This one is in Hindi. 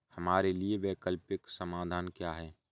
हमारे लिए वैकल्पिक समाधान क्या है?